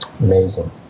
amazing